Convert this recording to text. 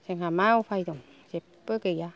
जोंहा मा उफाय दं जेबो गैया